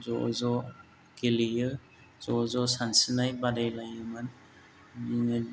ज' ज' गेलेयो ज' ज' सानस्रिनाय बादायलायोमोन बिदिनो